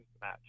match